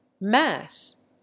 Mass